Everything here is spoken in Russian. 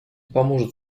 поможет